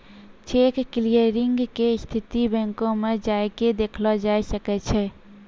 cheque clearing के स्थिति बैंको मे जाय के देखलो जाय सकै छै